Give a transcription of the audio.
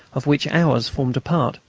of which ours formed a part.